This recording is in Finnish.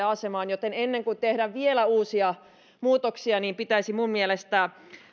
asemaan joten ennen kuin tehdään vielä uusia muutoksia niin pitäisi minun mielestäni